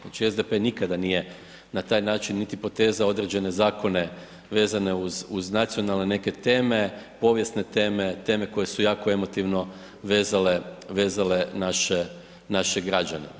Znači SDP nikada nije na taj način niti potezao određene zakone vezane uz nacionalne neke teme, povijesne teme, teme koje su jako emotivno vezale, vezale naše građane.